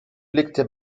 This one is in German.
blickte